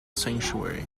sanctuary